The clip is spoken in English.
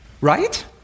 right